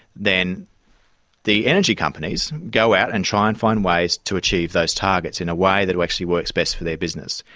then the energy companies go out and try and find ways to achieve those targets in a way that actually works best for their business.